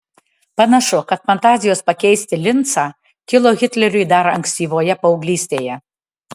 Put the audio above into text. panašu kad fantazijos pakeisti lincą kilo hitleriui dar ankstyvoje paauglystėje